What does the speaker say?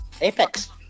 Apex